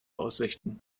aussichten